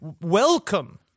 welcome